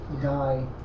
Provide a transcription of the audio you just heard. die